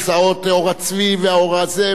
הדברים משתנים בהתאם לצרכים הפוליטיים.